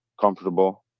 comfortable